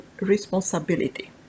responsibility